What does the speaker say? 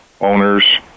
owners